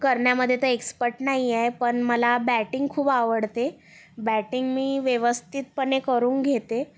करण्यामध्ये एक्सपट नाही आहे पण मला बॅटिंग खूप आवडते बॅटिंग मी व्यवस्थितपणे करून घेते